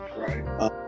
right